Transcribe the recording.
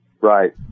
right